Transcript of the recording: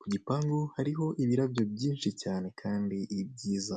ku gipangu hariho ibirabyo byinshi cyane kandi byiza.